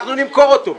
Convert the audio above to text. את המטוס קונים לגבאי.